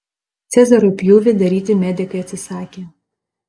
cezario pjūvį daryti medikai atsisakė